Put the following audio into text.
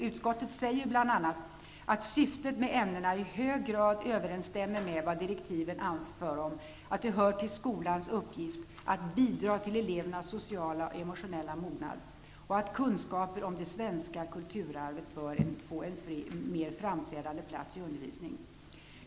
Bl.a. säger utskottet att syftet med ämnena i hög grad överensstämmer med vad direktiven anför om att det hör till skolans uppgift att bidra till elevernas sociala och emotionella mognad och att kunskaper om det svenska kulturarvet bör få en mer framträdande plats i undervisningen.